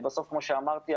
כמו שאמרתי,